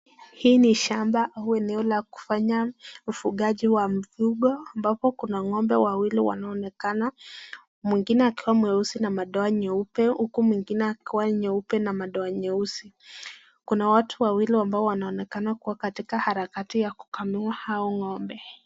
Hii ni shamba au eneo la kufanya ufugaji wa mfugo ,ambapo kuna ngombe wawili wanaonekana, mwingine akiwa mweusi na madoa nyeupe, huku mwingine akiwa nyeupe na madoa nyeusi, kuna watu wawili ambao wanaonekana kuwa katika harakati ya kukamua hao ngombe.